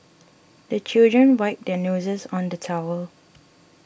the children wipe their noses on the towel